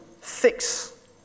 fix